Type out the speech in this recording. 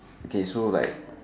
okay so like